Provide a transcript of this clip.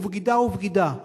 ובגידה היא בגידה,